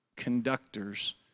conductors